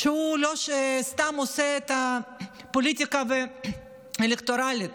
שהוא סתם עושה את הפוליטיקה האלקטורלית.